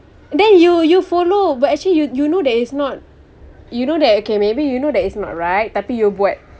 then you you follow but actually you you know that is not you know that okay maybe you know that is not right tapi you buat